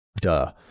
duh